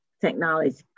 technology